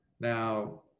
Now